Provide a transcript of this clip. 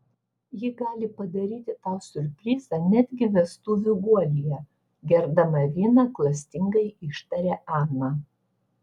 ji gali padaryti tau siurprizą netgi vestuvių guolyje gerdama vyną klastingai ištarė ana